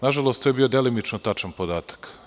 Na žalost, to je bio delimično tačan podatak.